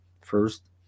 first